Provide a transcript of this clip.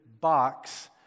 box